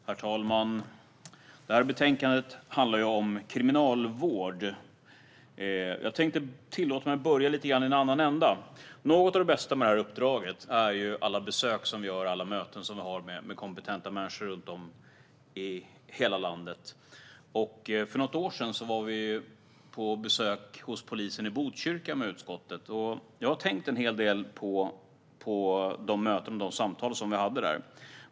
Herr talman! Betänkandet handlar om kriminalvård, men jag tänkte tillåta mig att börja i en annan ände. Något av det bästa med detta uppdrag är alla besök vi gör och alla möten vi har med kompetenta människor runt om i landet. För något år sedan var utskottet på besök hos polisen i Botkyrka. Jag har tänkt en del på de möten och samtal vi hade där.